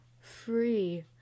Free